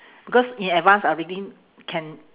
because in advance I already can